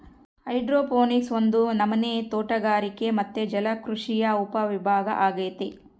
hydroponics ಒಂದು ನಮನೆ ತೋಟಗಾರಿಕೆ ಮತ್ತೆ ಜಲಕೃಷಿಯ ಉಪವಿಭಾಗ ಅಗೈತೆ